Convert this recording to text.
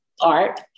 art